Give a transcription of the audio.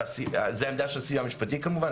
זה העמדה של הסיוע המשפטי כמובן,